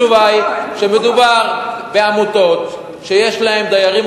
התשובה היא שמדובר בעמותות שיש להן דיירים